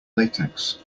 latex